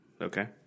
Okay